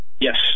Yes